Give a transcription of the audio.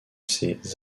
ses